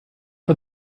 for